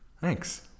Thanks